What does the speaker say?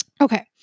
Okay